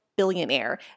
billionaire